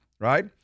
right